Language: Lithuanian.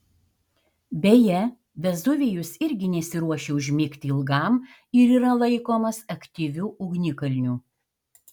beje vezuvijus irgi nesiruošia užmigti ilgam ir yra laikomas aktyviu ugnikalniu